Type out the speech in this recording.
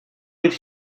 did